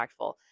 impactful